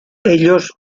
ellos